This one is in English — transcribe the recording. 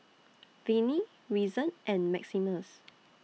Viney Reason and Maximus